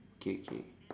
okay okay